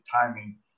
timing